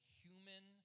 human